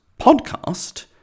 podcast